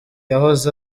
yahoze